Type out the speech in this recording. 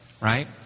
Right